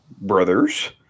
Brothers